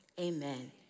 amen